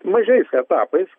mažais etapais